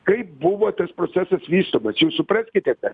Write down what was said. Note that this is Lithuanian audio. kaip buvo tas procesas vystomas ir supraskite kad